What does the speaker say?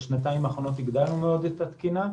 בשנתיים האחרונות הגדלנו מאוד את התקינה.